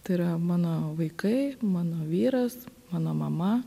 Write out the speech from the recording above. tai yra mano vaikai mano vyras mano mama